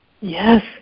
Yes